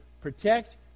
Protect